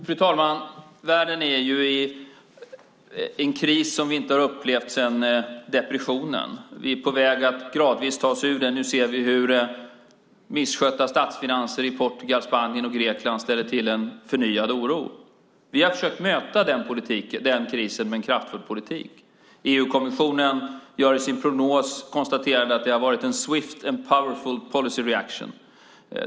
Fru talman! Världen befinner sig i en kris som vi inte har upplevt sedan depressionen. Vi är på väg att gradvis ta oss ur den. Nu ser vi hur misskötta statsfinanser i Portugal, Spanien och Grekland ställer till en förnyad oro. Vi har försökt möta den krisen med en kraftfull politik. I sin prognos konstaterar EU-kommissionen att det har varit en swift and powerful policy reaction.